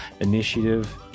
initiative